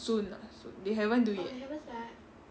soon ah soon they haven't do yet